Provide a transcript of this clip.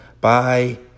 Bye